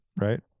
right